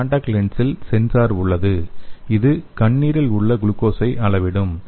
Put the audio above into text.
இந்த காண்டாக்ட் லென்ஸில் சென்சார் உள்ளது இது கண்ணீரில் உள்ள குளுக்கோஸைக் அளவிடும்